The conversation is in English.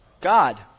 God